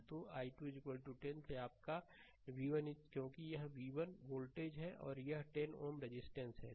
तो i2 10 से आपका v1 क्योंकि यह v1 वोल्टेज है और यह 10 Ω रजिस्टेंस है